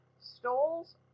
Stoles